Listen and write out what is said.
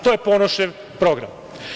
To je Ponošev program.